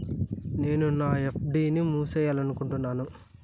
నేను నా ఎఫ్.డి ని మూసేయాలనుకుంటున్నాను